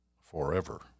forever